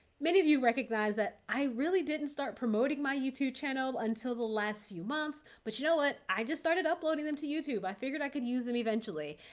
many of you recognize that i really didn't start promoting my youtube channel until the last few months, but you know what? i just started uploading them to youtube. i figured i could use them eventually,